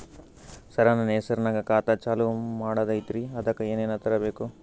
ಸರ, ನನ್ನ ಹೆಸರ್ನಾಗ ಖಾತಾ ಚಾಲು ಮಾಡದೈತ್ರೀ ಅದಕ ಏನನ ತರಬೇಕ?